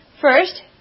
First